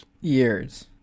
years